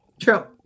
True